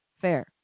fair